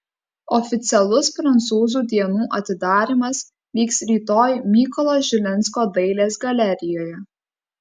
oficialus prancūzų dienų atidarymas vyks rytoj mykolo žilinsko dailės galerijoje